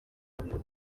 kujyayo